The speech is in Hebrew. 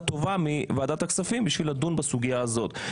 טובה מוועדת הכספים בשביל לדון בסוגיה זאת.